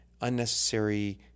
unnecessary